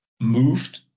moved